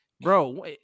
Bro